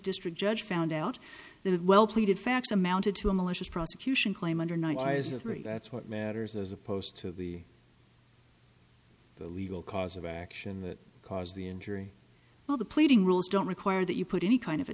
district judge found out that well pleaded facts amounted to a malicious prosecution claim under night that's what matters as opposed to the the legal cause of action that cause the injury while the pleading rules don't require that you put any kind of a